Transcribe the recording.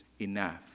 enough